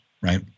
right